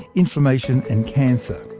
inflammation and cancer.